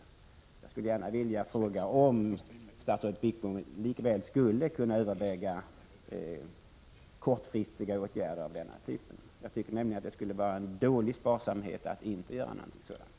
Jag skulle gärna vilja fråga om statsrådet Wickbom ändå inte skulle kunna överväga kortfristiga åtgärder av denna typ. Enligt min mening skulle det vara en dålig sparsamhet att inte göra något sådant.